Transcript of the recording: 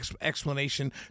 explanation